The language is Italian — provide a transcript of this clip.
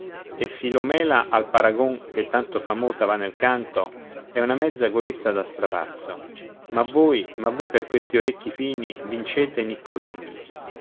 e filomela al paragon che tanto famosa va nel canto è una mezza corista da strapazzo ma voi ma voi per questi orecchi fini vincete niccolini